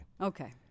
Okay